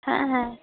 হ্যাঁ হ্যাঁ